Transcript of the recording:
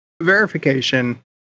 Verification